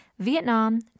Vietnam